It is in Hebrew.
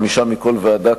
חמישה מכל ועדה,